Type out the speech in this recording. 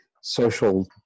social